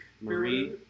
Marie